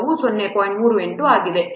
38 ಆಗಿದೆ ಆದ್ದರಿಂದ ಇದು ಸರಿಸುಮಾರು 10